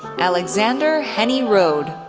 alexander hennie-roed,